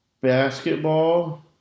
basketball